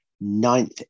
ninth